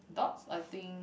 dogs I think